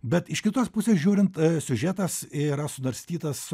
bet iš kitos pusės žiūrint siužetas yra sunarstytas